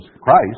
Christ